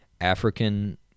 African